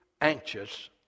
anxious